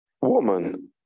Woman